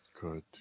Good